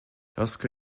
lorsque